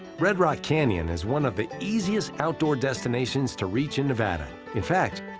red rock canyon is one of the easiest outdoor destinations to reach in nevada in fact,